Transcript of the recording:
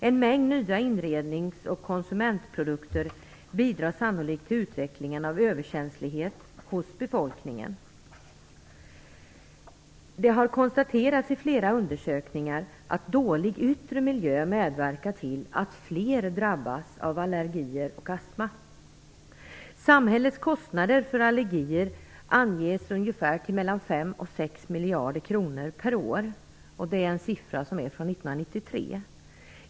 En mängd nya inrednings och konsumentprodukter bidrar sannolikt till utvecklingen av överkänslighet hos befolkningen. Det har konstaterats i flera undersökningar att dålig yttre miljö medverkar till att fler drabbas av allergier och astma. Samhällets kostnader för allergier anges till ca 5-6 miljarder kronor per år. Det är en siffra som är från 1993.